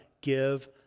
give